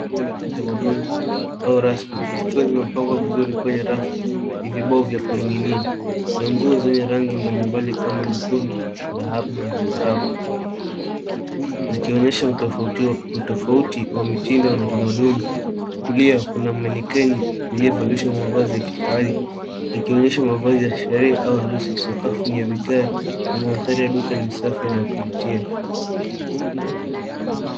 Nguo la kitamaduni au rasmi zikiwa zimepangwa vizuri kwenye rafu na vibao vya kuning'inia. Kuna nguo zenye rangi mbalimbali kama nyekundu, dhahabu na zambarau zikionyesha utofauti wa mitindo na tamaduni. Kulia kuna manekeni iliyovalishwa mavazi ya kifahari ikionyesha mavazi ya sherehe au harusi. Sakafu ni ya vigae na mandhari ya duka ni safi na ya kuvutia.